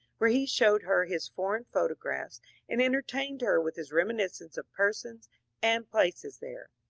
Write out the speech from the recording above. where he showed her his foreign photographs and entertained her with his reminiscences of persons and places there.